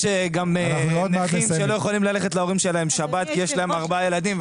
יש אנשים שלא יכולים ללכת להורים שלהם בשבת כי יש להם ארבעה ילדים.